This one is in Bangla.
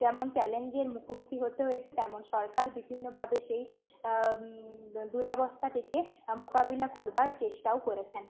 যেমন চ্যালেঞ্জের মুখোমুখি হতে হয়েছে তেমন সরকার বিভিন্নভাবে সেই দুরাবস্থা থেকে মোকাবিলা করবার চেষ্টাও করেছেন